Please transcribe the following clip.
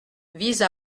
vise